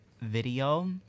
video